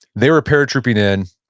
they were paratrooping in.